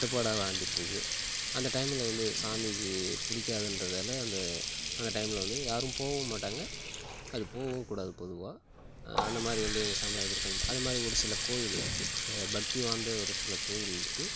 கட்டுப்பாடாக வாழ்ந்திட்டிருக்கு அந்த டைமில் வந்து சாமிக்கு பிடிக்காதுன்றதால அந்த அந்த டயமில் வந்து யாரும் போகவும் மாட்டாங்கள் அது போகவும் கூடாது பொதுவாக அந்த மாதிரி வந்து எங்கள் சமுதாயம் இருக்கணும் அதுமாதிரி ஒரு சில கோயில் இருக்கு பக்திவாய்ந்த ஒரு சில கோயில் இருக்கு